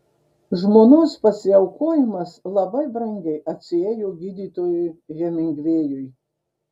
žmonos pasiaukojimas labai brangiai atsiėjo gydytojui hemingvėjui